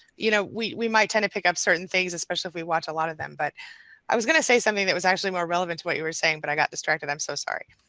you know we we might tend to pick up certain things especially if we watch a lot of them, but i was gonna say something that was actually more relevant to what you were saying, but i got distracted i'm so sorry.